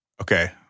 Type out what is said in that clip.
Okay